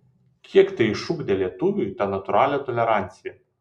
kiek tai išugdė lietuviui tą natūralią toleranciją